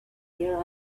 here